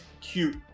cute